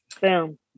Boom